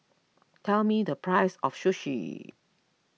tell me the price of Sushi